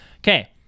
Okay